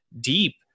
deep